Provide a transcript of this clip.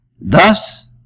Thus